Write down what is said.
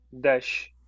dash